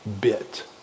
bit